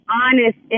honest